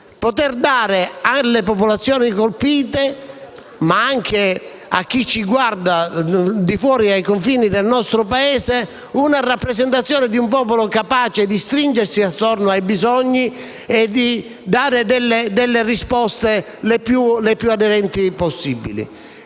poter dare alle popolazioni colpite, ma anche a chi ci guarda al di fuori dei confini del nostro Paese, la rappresentazione di un popolo capace di stringersi intorno ai bisogni dando risposte più aderenti possibili.